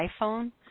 iPhone